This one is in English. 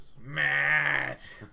Matt